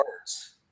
words